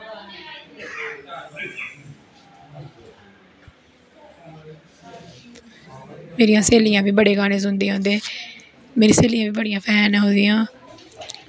मेरियां स्हेलियां बी बड़े गाने सुनदियां उंदे मेरी स्हेलियां बी बड़ी फैन न ओह्दियां